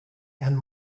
and